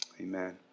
amen